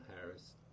Harris